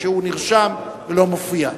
שהוא נרשם ולא מופיע.